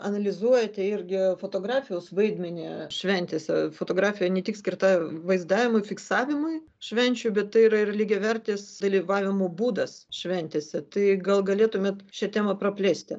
analizuojate irgi fotografijos vaidmenį šventėse fotografija ne tik skirta vaizdavimo fiksavimui švenčių bet tai yra ir lygiavertis dalyvavimo būdas šventėse tai gal galėtumėt šią temą praplėsti